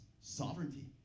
sovereignty